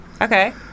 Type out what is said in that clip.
Okay